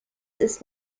ist